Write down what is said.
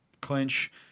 Clinch